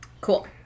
Cool